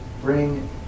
bring